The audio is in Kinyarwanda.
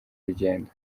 rugendo